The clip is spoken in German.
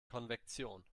konvektion